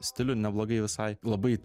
stilių neblogai visai labai